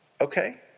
Okay